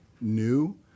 new